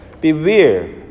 Beware